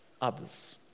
Others